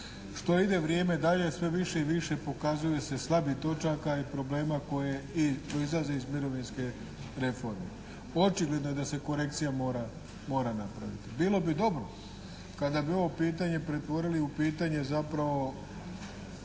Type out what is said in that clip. Što ide vrijeme dalje sve više i više pokazuju se slabih točaka i problema koje i proizlaze iz mirovinske reforme. Očigledno je da se korekcija mora napraviti. bilo bi dobro kada bi ovo pitanje pretvorili u pitanje zapravo